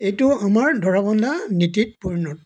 এইটো আমাৰ ধৰা বন্ধা নীতিত পৰিণত